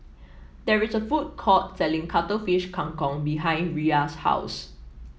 there is a food court selling Cuttlefish Kang Kong behind Riya's house